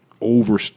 Over